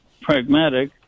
pragmatic